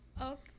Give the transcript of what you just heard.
Okay